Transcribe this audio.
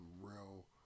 real